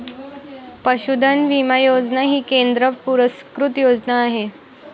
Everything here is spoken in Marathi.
पशुधन विमा योजना ही केंद्र पुरस्कृत योजना आहे